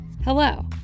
Hello